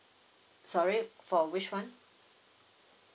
sorry for which one